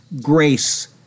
grace